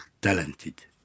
talented